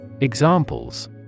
Examples